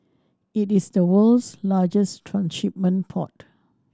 it is the world's largest transshipment port